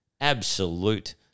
absolute